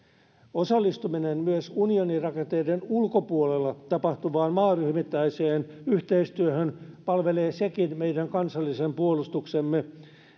osallistuminen myös unionirakenteiden ulkopuolella tapahtuvaan maaryhmittäiseen yhteistyöhön palvelee sekin meidän kansallisen puolustuksemme